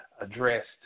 addressed